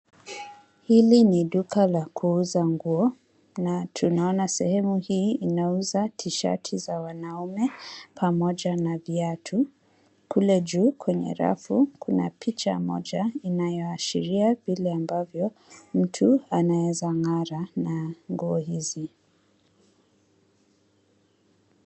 Hili ni duka la kuuza nguo na tunaona sehemu hii inauza tishati za wanaune pamoja na viatu. Kule juu kwenye rafu, kuna picha moja inayoashiria vile ambavyoo mtu anaweza ng'ara na nguo hizi.